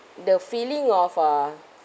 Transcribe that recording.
the feeling of uh